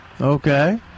Okay